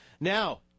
Now